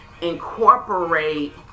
incorporate